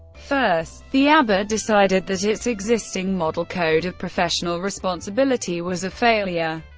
first, the aba decided that its existing model code of professional responsibility was a failure.